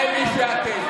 זה מי שאתם.